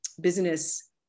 business